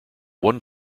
one